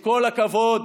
לך לאחמד טיבי.